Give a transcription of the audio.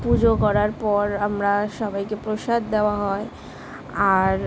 পুজো করার পর আমরা সবাইকে প্রসাদ দেওয়া হয় আর